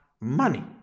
money